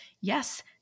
Yes